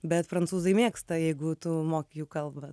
bet prancūzai mėgsta jeigu tu moki jų kalbą